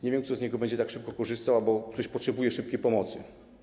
Nie wiem, kto z tego będzie tak szybko korzystał, bo ktoś potrzebuje szybkiej pomocy.